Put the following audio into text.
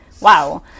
Wow